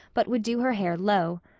but would do her hair low.